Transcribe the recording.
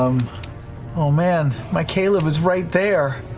um ah man, my caleb is right there.